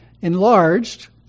enlarged